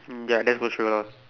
mm ya let's go sure